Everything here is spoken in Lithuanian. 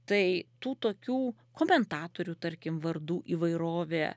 tai tų tokių komentatorių tarkim vardų įvairovė